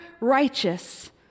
righteous